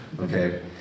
okay